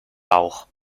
bauch